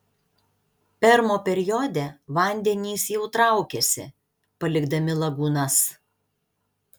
permo periode vandenys jau traukiasi palikdami lagūnas